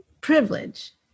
privilege